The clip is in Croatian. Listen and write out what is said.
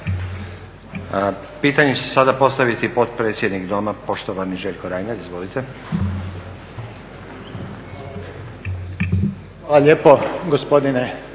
Pitanje će sada postaviti potpredsjednik Doma, poštovani Željko Reiner. Izvolite. **Reiner, Željko